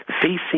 facing